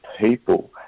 people